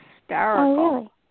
hysterical